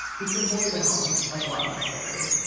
he's been holed up at home like a lot of us lately.